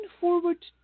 forward